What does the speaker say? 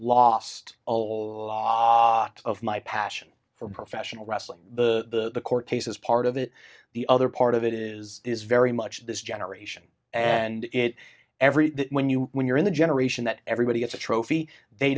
lost a lot of my passion for professional wrestling the court cases part of that the other part of it is is very much of this generation and it every day when you when you're in the generation that everybody gets a trophy they